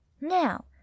Now